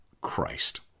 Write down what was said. Christ